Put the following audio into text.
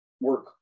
work